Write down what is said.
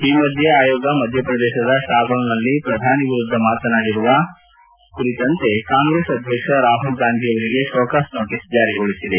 ಈ ಮಧ್ಯೆ ಆಯೋಗ ಮಧ್ಯಪ್ರದೇಶದ ಶಾದೋಲ್ನಲ್ಲಿ ಪ್ರಧಾನಿ ವಿರುದ್ದ ಮಾಡಿರುವ ಆರೋಪಗಳ ಕುರಿತಂತೆ ಕಾಂಗೈಸ್ ಅಧ್ಯಕ್ಷ ರಾಹುಲ್ ಗಾಂಧಿ ಅವರಿಗೆ ಶೋಕಾಸ್ ನೋಟಿಸ್ ಜಾರಿಗೊಳಿಸಿದೆ